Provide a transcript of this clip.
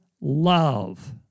Love